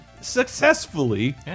successfully